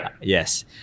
Yes